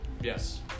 Yes